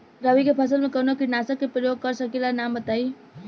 रबी फसल में कवनो कीटनाशक के परयोग कर सकी ला नाम बताईं?